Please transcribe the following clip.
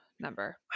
number